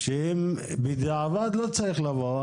שאם בדיעבד לא צריך לבוא,